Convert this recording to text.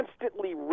constantly